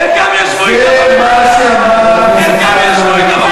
החברים שלך באופוזיציה, חלקם ישבו אתו בממשלה.